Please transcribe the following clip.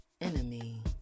enemy